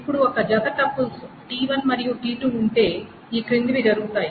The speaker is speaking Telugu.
ఇప్పుడు ఒక జత టపుల్స్ t1 మరియు t2 ఉంటే ఈ క్రిందివి జరుగుతాయి